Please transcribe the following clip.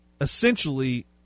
essentially